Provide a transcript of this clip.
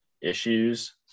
issues